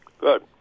Good